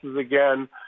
again